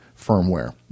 firmware